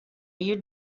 you